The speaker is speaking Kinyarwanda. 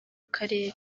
karere